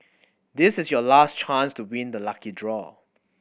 this is your last chance to being the lucky draw